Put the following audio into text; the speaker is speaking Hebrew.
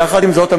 יחד עם זאת,